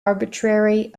arbitrary